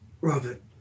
Robert